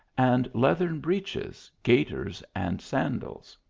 and leathern breeches, gaiters, and sandals.